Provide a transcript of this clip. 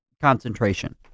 concentration